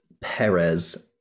Perez